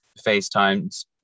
facetimes